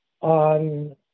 on